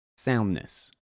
Soundness